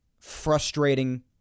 frustrating